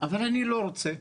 אבל אני לא רוצה,